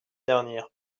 dernière